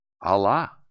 Allah